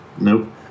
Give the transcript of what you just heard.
Nope